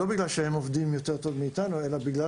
לא בגלל שהם עובדים יותר טוב מאיתנו אלא בגלל